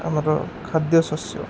ଆମର ଖାଦ୍ୟ ଶସ୍ୟ